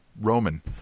Roman